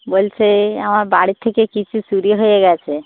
বলছি আমার বাড়ির থেকে কিছু চুরি হয়ে গেছে